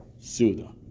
Suda